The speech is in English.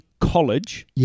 college